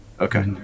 Okay